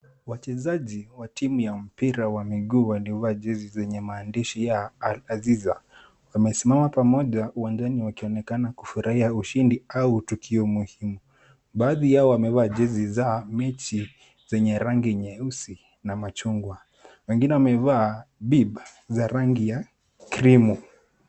Wachezaji wa timu ya mipira wa miguu wamevaa jezi yenye maandishi ya Aziza. Wamesimama pamoja uwanjani wakionekana kufurahia ushindi au tukio muhimu . Baadhi yao wamevaa jezi za mechi zenye rangi nyeusi na machungwa. Wengine wamevaa [c]beeb za rangi ya krimu.